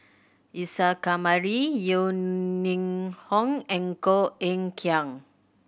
Isa Kamari Yeo Ning Hong and Koh Eng Kian